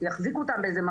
יחזיקו אותם באיזה מקום,